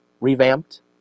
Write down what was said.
revamped